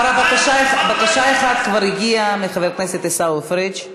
בקשה אחת כבר הגיעה מחבר הכנסת עיסאווי פריג'.